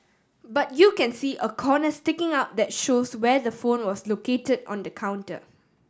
but you can see a corner sticking out that shows where the phone was located on the counter